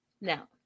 Now